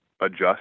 adjust